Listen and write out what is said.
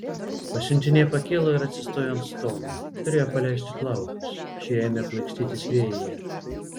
pasiuntinė pakilo ir atsistojo ant stogo turėjo paleisti plaukus šie ėmė plaikstytis vėjyje